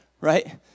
right